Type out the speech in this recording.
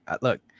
look